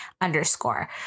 underscore